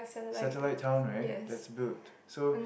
satellite town right that's built so